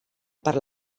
per